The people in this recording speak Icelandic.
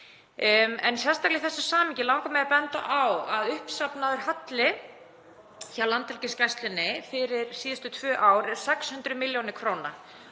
En sérstaklega í þessu samhengi langar mig að benda á að uppsafnaður halli hjá Landhelgisgæslunni fyrir síðustu tvö ár eru 600 millj. kr.